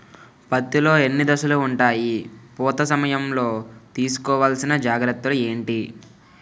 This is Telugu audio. పత్తి లో ఎన్ని దశలు ఉంటాయి? పూత సమయం లో తీసుకోవల్సిన జాగ్రత్తలు ఏంటి?